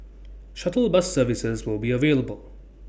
shuttle bus services will be available